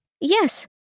Yes